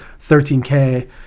13k